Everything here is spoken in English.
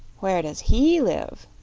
where does he live?